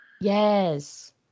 Yes